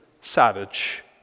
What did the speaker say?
savage